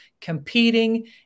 competing